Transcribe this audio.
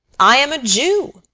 i am a jew.